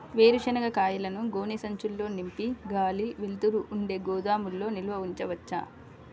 వేరుశనగ కాయలను గోనె సంచుల్లో నింపి గాలి, వెలుతురు ఉండే గోదాముల్లో నిల్వ ఉంచవచ్చా?